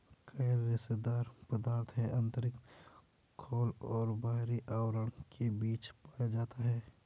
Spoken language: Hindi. कयर रेशेदार पदार्थ है आंतरिक खोल और बाहरी आवरण के बीच पाया जाता है